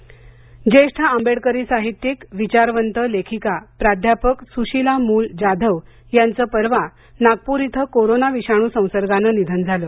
निधन नागपर ज्येष्ठ आंबेडकरी साहित्यिक विचारवंत लेखिका प्राध्यापक सुशीला मूल जाधव यांचं परवा नागपूर इथं कोरोना विषाणू संसर्गानं निधन झालं